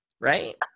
right